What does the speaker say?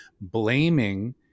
blaming